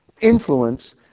influence